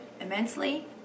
immensely